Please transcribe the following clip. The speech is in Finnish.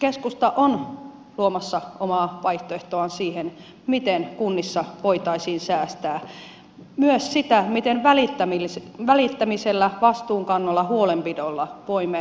keskusta on luomassa omaa vaihtoehtoaan siihen miten kunnissa voitaisiin säästää miten myös välittämisellä vastuunkannolla huolenpidolla voimme säästää